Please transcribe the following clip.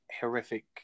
horrific